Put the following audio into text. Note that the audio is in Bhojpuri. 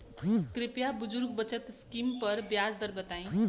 कृपया बुजुर्ग बचत स्किम पर ब्याज दर बताई